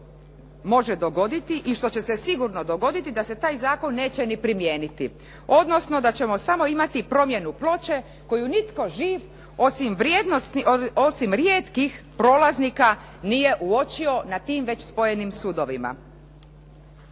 može dogoditi i što će se sigurno dogoditi da se taj zakon neće niti primijeniti, odnosno da ćemo samo imati promjenu ploče koju nitko živ osim rijetkih prolaznika nije uočio na tim već spojenim sudovima.